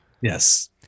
Yes